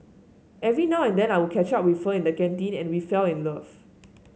every now and then I would catch up with her in the canteen and we fell in love